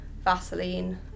Vaseline